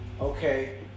okay